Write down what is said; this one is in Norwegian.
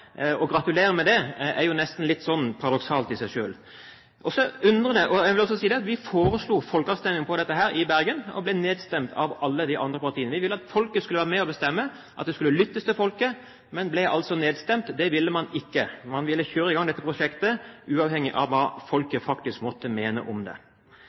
å gratulere med det er jo nesten litt paradoksalt i seg selv. Jeg vil også si at vi foreslo folkeavstemning om dette i Bergen og ble nedstemt av alle de andre partiene. Vi ville at folket skulle være med og bestemme, at det skulle lyttes til folket, men vi ble altså nedstemt. Det ville man ikke. Man ville kjøre i gang dette prosjektet, uavhengig av hva folket faktisk måtte mene om det.